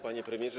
Panie Premierze!